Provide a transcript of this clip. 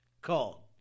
called